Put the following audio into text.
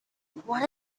what